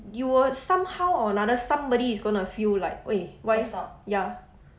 you will somehow or another somebody is gonna feel like ya